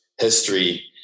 history